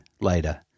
later